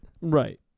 right